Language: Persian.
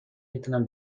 میتونم